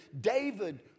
David